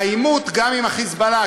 העימות גם עם ה"חיזבאללה",